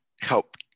help